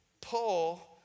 pull